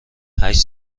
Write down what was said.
هشت